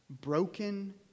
broken